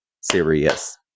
serious